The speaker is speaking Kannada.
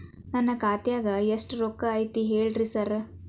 ನನ್ ಖಾತ್ಯಾಗ ರೊಕ್ಕಾ ಎಷ್ಟ್ ಐತಿ ಹೇಳ್ರಿ ಸಾರ್?